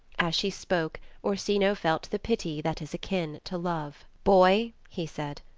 as she spoke, orsino felt the pity that is akin to love. boy he said,